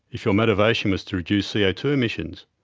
if your motivation was to reduce c o two emissions?